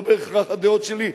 לא בהכרח הדעות שלי,